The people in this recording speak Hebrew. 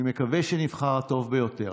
ואני מקווה שנבחר הטוב ביותר.